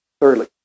Thirdly